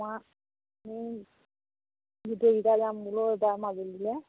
গোটেইকেইটো যাম বোলো এইবাৰ মাজুলীলৈ